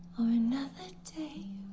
or another day